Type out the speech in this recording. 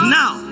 now